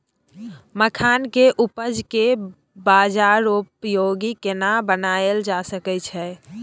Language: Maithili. मखान के उपज के बाजारोपयोगी केना बनायल जा सकै छै?